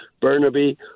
Burnaby